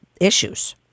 issues